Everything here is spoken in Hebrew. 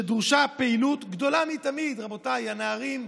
שבה דרושה פעילות גדולה מתמיד, רבותיי, הנערים,